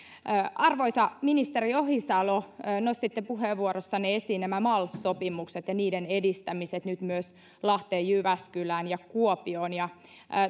arvoisa ministeri ohisalo nostitte puheenvuorossanne esiin nämä mal sopimukset ja niiden edistämiset nyt myös lahteen jyväskylään ja kuopioon